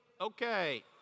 okay